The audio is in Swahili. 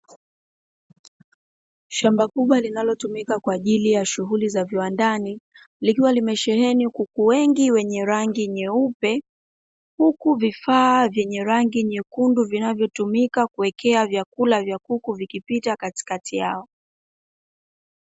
Shamba kubwa linalotumika kwa ajili ya shughuli za viwandani, likiwa limesheheni kuku wengi wenye rangi nyeupe, huku vifaa vyenye rangi nyekundu vinavyotumika kuwekea vyakula vya kuku vikipita katikati yao.